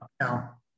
now